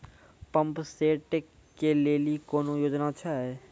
Pump set केलेली कोनो योजना छ?